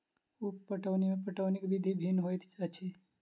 उप पटौनी मे पटौनीक विधि भिन्न होइत अछि